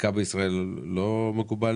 חייב להמציא לפקיד השומה,